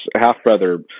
half-brother